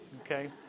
okay